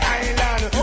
island